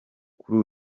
kuri